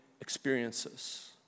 experiences